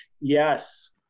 yes